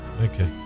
Okay